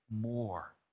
more